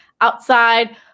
outside